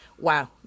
wow